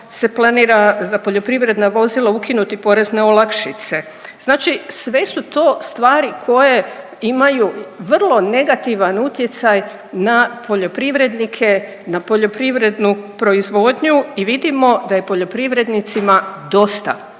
se planira za poljoprivredna vozila ukinuti porezne olakšice, znači sve su to stvari koje imaju vrlo negativan utjecaj na poljoprivrednike, na poljoprivrednu proizvodnju i vidimo da je poljoprivrednicima dosta,